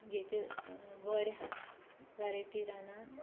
ییٚتہِ واریاہ ویرایٹی رَنان